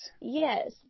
Yes